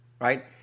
Right